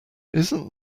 isn’t